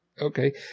Okay